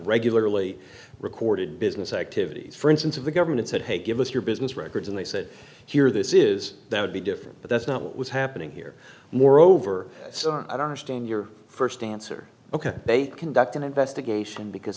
regularly recorded business activities for instance of the government said hey give us your business records and they said here this is that would be different but that's not what was happening here moreover so i don't understand your first answer ok they conduct an investigation because